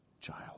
child